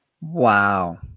Wow